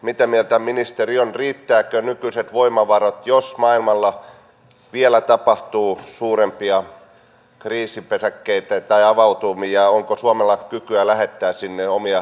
mitä mieltä ministeri on riittävätkö nykyiset voimavarat jos maailmalla vielä avautuu suurempia kriisipesäkkeitä ja onko suomella kykyä lähettää sinne omia rauhanturvaajia